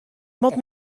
moat